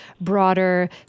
broader